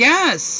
Yes